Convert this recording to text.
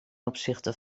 opzichte